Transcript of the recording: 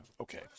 Okay